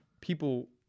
people